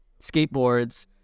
skateboards